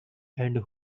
and